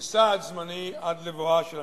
כסעד זמני עד לבואה של המשטרה,